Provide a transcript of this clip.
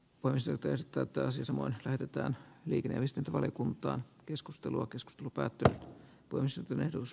konserteista täysin samoin päätetään likööristä valiokuntaa keskustelua keskustelu päättyi toisen tulehdus